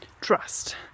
trust